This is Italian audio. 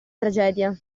tragedia